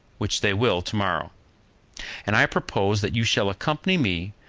which they will to-morrow and i propose that you shall accompany me,